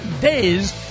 days